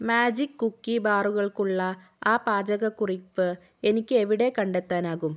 magic cookie ബാറുകൾക്കുള്ള ആ പാചകക്കുറിപ്പ് എനിക്ക് എവിടെ കണ്ടെത്താനാകും